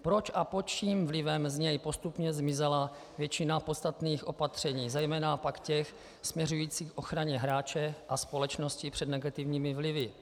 Proč a pod čím vlivem z něj postupně zmizela většina podstatných opatření, zejména pak těch směřujících k ochraně hráče a společnosti před negativními vlivy?